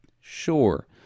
sure